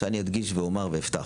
שאני אדגיש ואומר ואפתח.